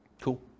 Cool